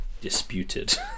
disputed